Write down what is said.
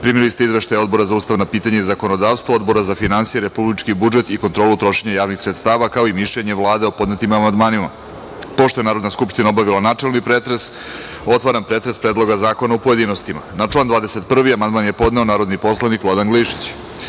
ste Izveštaj Odbora za ustavna pitanja i zakonodavstvo, Odbora za finansije, republički budžet i kontrolu trošenja javnih sredstava, kao i Mišljenje Vlade o podnetim amandmanima. Pošto je Narodna skupština obavila načelni pretres, otvaram pretres Predloga zakona u pojedinostima. Na član 21. amandman je podneo narodni poslanik Vladan Glišić. Vlada